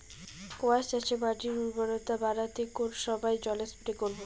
কোয়াস চাষে মাটির উর্বরতা বাড়াতে কোন সময় জল স্প্রে করব?